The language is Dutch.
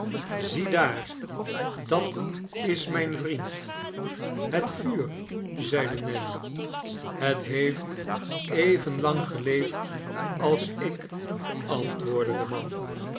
ziedaar dat is mijn vriend het vuur zeide nelly het heeft even lang geleefd als ik antwoordde de man